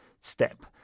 step